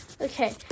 okay